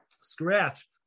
scratch